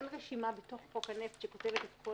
אין רשימה בתוך חוק הנפט שכותבת את כל